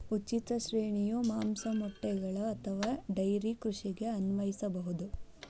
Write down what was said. ಉಚಿತ ಶ್ರೇಣಿಯು ಮಾಂಸ, ಮೊಟ್ಟೆಗಳು ಅಥವಾ ಡೈರಿ ಕೃಷಿಗೆ ಅನ್ವಯಿಸಬಹುದು